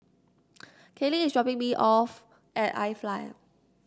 Kallie is dropping me off at iFly